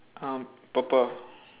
um purple